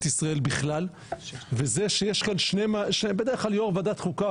ישראל בכלל וזה שיש כאן שני בדרך כלל יו"ר ועדת חוקה,